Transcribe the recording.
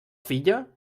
filla